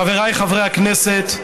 חבריי חברי הכנסת,